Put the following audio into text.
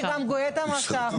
לדעתי גם גואטה משך.